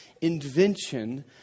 invention